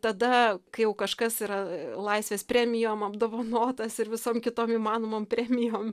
tada kai jau kažkas yra laisvės premijom apdovanotas ir visom kitom įmanomom premijom